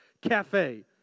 Cafe